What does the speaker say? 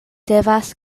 devas